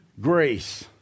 grace